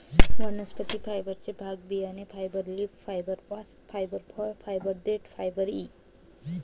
वनस्पती फायबरचे भाग बियाणे fibre, leaf fibre, bast fibre, फळ फायबर, देठ फायबर इ